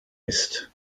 ist